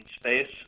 space